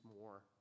more